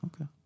Okay